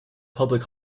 public